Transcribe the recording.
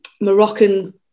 Moroccan